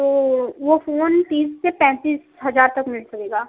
तो वो फोन तीस से पैंतीस हज़ार तक में पड़ेगा